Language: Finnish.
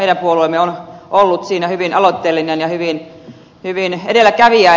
meidän puolueemme on ollut siinä hyvin aloitteellinen ja edelläkävijä